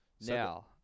now